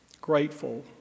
grateful